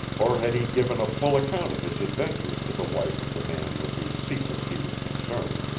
or had he given a full account of his adventures to the wife of the man with whose secrets he was concerned,